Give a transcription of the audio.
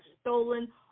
stolen